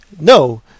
no